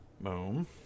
Boom